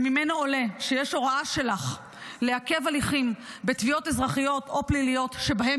שממנו עולה שיש הוראה שלך לעכב הליכים בתביעות אזרחיות או פליליות שבהן